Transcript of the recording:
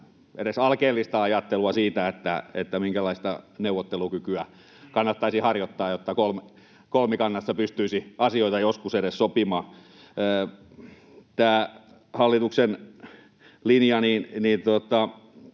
edes alkeellista ajattelua siitä, minkälaista neuvottelukykyä kannattaisi harjoittaa, jotta kolmikannassa pystyisi asioita edes joskus sopimaan. Tämä hallituksen linja —